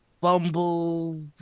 Bumble